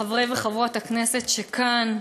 חברי וחברות הכנסת שכאן,